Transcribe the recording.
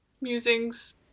musings